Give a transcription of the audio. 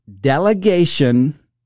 Delegation